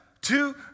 two